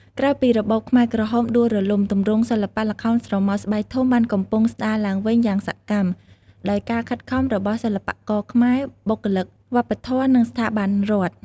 ក្រោយពីរបបខ្មែរក្រហមដួលរលំ ទម្រង់សិល្បៈល្ខោនស្រមោលស្បែកធំបានកំពុងស្តារឡើងវិញយ៉ាងសកម្ម ដោយការខិតខំរបស់សិល្បករខ្មែរ បុគ្គលិកវប្បធម៌ និងស្ថាប័នរដ្ឋ។